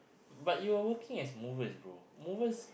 but you are working as movers bro movers